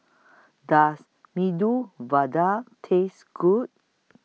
Does Medu Vada Taste Good